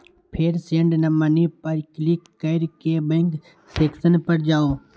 फेर send money पर click कैर के बैंक सेक्शन मे जाउ